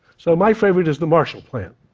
so my favorite is the marshall plan.